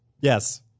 Yes